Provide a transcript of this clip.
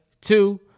Two